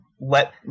let